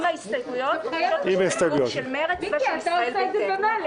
עם ההסתייגויות של מרצ ושל ישראל ביתנו.